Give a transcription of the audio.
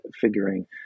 figuring